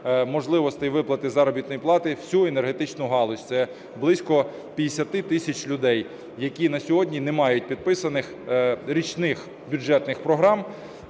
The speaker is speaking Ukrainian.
можливості виплати заробітної плати всю енергетичну галузь. Це близько 50 тисяч людей, які на сьогодні не мають підписаних річних бюджетних програм.